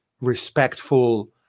respectful